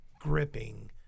gripping